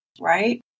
Right